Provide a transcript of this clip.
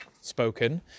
spoken